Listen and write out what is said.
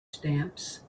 stamps